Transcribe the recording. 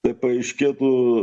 tai paaiškėtų